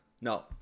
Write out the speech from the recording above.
No